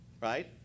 right